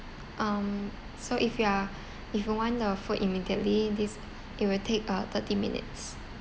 um so if you are if you want the food immediately this it will take uh thirty minutes